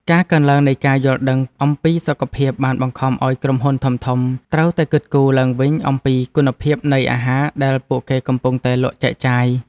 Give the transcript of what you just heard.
ការកើនឡើងនៃការយល់ដឹងអំពីសុខភាពបានបង្ខំឲ្យក្រុមហ៊ុនធំៗត្រូវតែគិតគូរឡើងវិញអំពីគុណភាពនៃអាហារដែល ពួកគេកំពុងតែលក់ចែកចាយ។